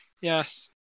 Yes